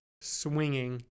swinging